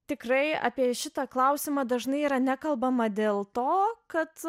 tikrai apie šitą klausimą dažnai yra nekalbama dėl to kad